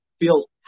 feel